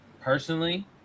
Personally